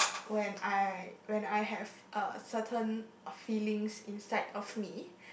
when I when I have a certain feelings inside of me